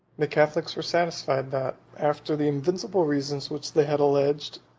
the catholics were satisfied, that, after the invincible reasons which they had alleged,